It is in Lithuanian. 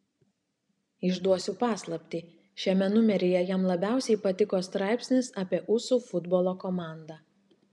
išduosiu paslaptį šiame numeryje jam labiausiai patiko straipsnis apie usų futbolo komandą